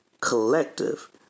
collective